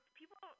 people